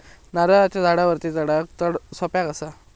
नारळाच्या झाडावरती चडाक सोप्या कसा?